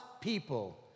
people